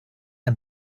ein